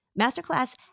Masterclass